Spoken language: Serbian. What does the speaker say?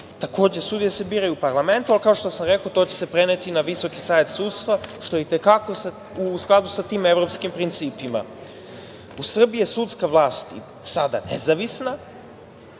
EU.Takođe, sudije se biraju u parlamentu, ali kao što sam rekao, to će se preneti na VSS, što je i te kako u skladu sa tim evropskim principima.U Srbiji je sudska vlast sada nezavisna,